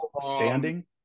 standing